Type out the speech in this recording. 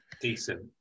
Decent